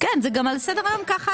גם על סדר היום.